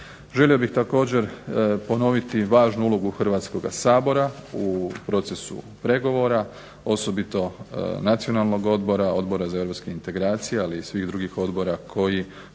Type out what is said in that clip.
Želio bih također ponoviti važnu ulogu Hrvatskoga sabora u procesu pregovora, osobito nacionalnog odbora, Odbora za Europske integracije ali i svih odbora koji